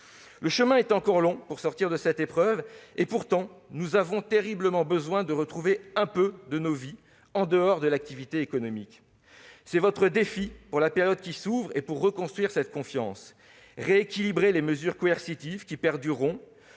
Le chemin est encore long pour sortir de cette épreuve et, pourtant, nous avons terriblement besoin de retrouver un peu de nos vies en dehors de l'activité économique. C'est votre défi, dans la période qui s'ouvre : reconstruire cette confiance ; rééquilibrer les mesures coercitives qui perdureront